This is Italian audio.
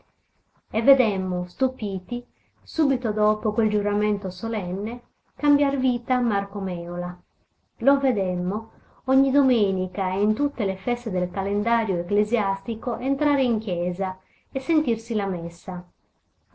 e vedemmo stupiti subito dopo quel giuramento solenne cambiar vita a marco mèola lo vedemmo ogni domenica e in tutte le feste del calendario ecclesiastico entrare in chiesa e sentirsi la messa